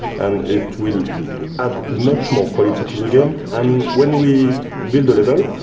and it will add much more quality to the game and when we build a level,